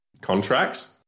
contracts